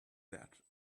that